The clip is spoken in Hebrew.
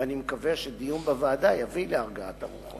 ואני מקווה שדיון בוועדה יביא להרגעת הרוחות.